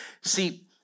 See